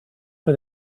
for